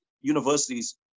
universities